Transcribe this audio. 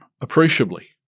appreciably